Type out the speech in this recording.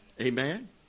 Amen